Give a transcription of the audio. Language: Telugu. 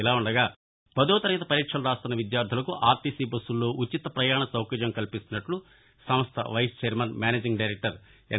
ఇలా ఉండగా పదో తరగతి పరీక్షలు రాస్తున్న విద్యార్ధులకు ఆర్టీసీ బస్సుల్లో ఉచిత పయాణ సౌకర్యం కల్పిస్తున్నట్లు సంస్థ వైస్ ఛైర్మన్ మేనేజింగ్ డైరెక్టర్ ఎన్